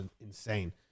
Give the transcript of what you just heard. insane